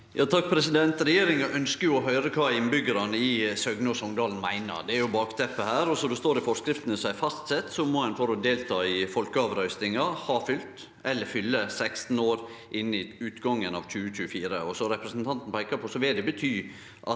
Sande Regjeringa øn- skjer å høyre kva innbyggjarane i Søgne og Songdalen meiner. Det er bakteppet her. Som det står i forskriftene som er fastsett, må ein for å delta i folkeavrøystinga ha fylt eller fylle 16 år innan utgangen av 2024. Som representanten peikar på, vil det bety at